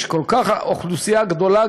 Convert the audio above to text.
יש אוכלוסייה כל כך גדולה,